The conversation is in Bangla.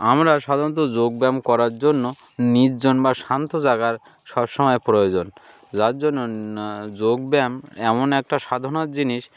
আমরা সাধারণত যোগব্যায়াম করার জন্য নির্জন বা শান্ত জাগার সব সমময় প্রয়োজন যার জন্য যোগব্যায়াম এমন একটা সাধনার জিনিস